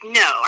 no